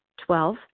Twelve